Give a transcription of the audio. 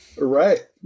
Right